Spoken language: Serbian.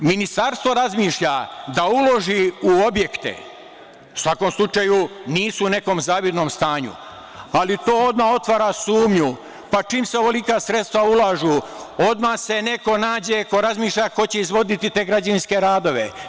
Ministarstvo razmišlja da uloži u objekte, u svakom slučaju, nisu u nekom zavidnom stanju, ali to odmah otvara sumnju, pa čim se ovolika sredstva ulažu, odmah se neko nađe ko razmišlja ko će izvoditi te građevinske radove.